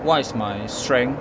what is my strength